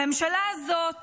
הממשלה הזאת